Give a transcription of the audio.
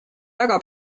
väga